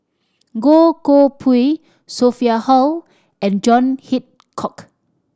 Goh Koh Pui Sophia Hull and John Hitchcock